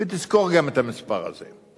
ותזכור גם את המספר הזה.